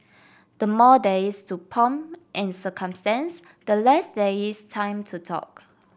the more there is to pomp and circumstance the less there is time to talk